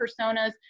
personas